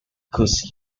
goose